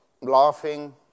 laughing